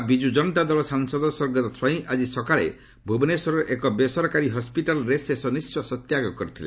ଓଡ଼ିଶା ବିଜୁ ଜନତା ଦଳ ସାଂସଦ ସ୍ୱର୍ଗତ ସ୍ୱାଇଁ ଆକି ସକାଳେ ଭ୍ରବନେଶ୍ୱରର ଏକ ବେସରକାରୀ ହସ୍କିଟାଲ୍ରେ ଶେଷ ନିଃଶ୍ୱାସ ତ୍ୟାଗ କରିଥିଲେ